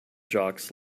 jocks